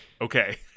Okay